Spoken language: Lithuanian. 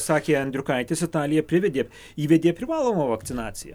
sakė andriukaitis italija privedė įvedė privalomą vakcinaciją